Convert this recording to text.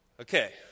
Okay